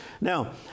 Now